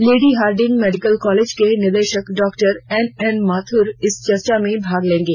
lady Hardinge Medical College के निदेशक doctor N N Mathur इस चर्चा में भाग लेंगे